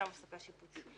צו הפסקה שיפוטי).